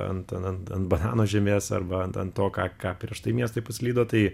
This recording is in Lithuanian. ant an ant ant banano žievės arba ant to ką ką prieš tai miestai paslydo tai